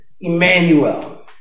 Emmanuel